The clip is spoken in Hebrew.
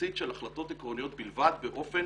ובתמצית של החלטות עקרוניות בלבד באופן